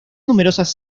numerosas